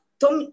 tom